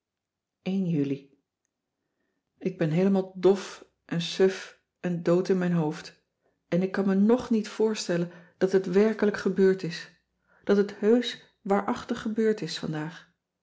juli ik ben heelemaal dof en suf en dood in mijn hoofd en ik kan me ng niet voorstellen dat het werkelijk cissy van marxveldt de h b s tijd van joop ter heul gebeurd is dat het heusch waarachtig gebeurd is vandaag